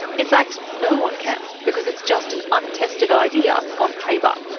in fact, no one can, because it's just an untested idea on paper.